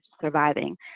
surviving